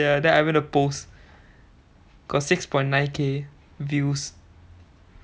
ya then I went to post got six point nine K views